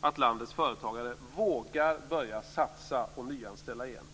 att landets företagare vågar börja satsa och nyanställa igen.